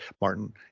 Martin